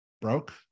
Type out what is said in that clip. broke